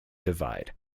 divide